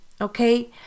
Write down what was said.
okay